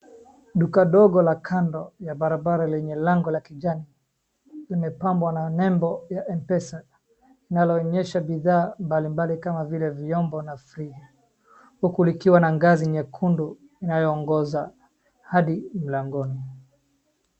Duka la kando ya barabara lenye lango la kijani limepabwa na nembo ya mpesa linaloonyesha bidhaa mbali mbali kama vile vyombo na friji, huku likiwa na ngazi nyekundu inayoongoza hadi mlangoni.